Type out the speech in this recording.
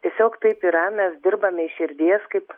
tiesiog taip yra mes dirbame iš širdies kaip